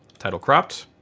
title cropped.